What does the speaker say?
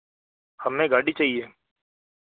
हमें गाड़ी चाहिए